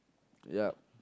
yup